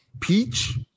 peach